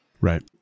Right